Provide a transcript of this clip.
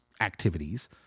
activities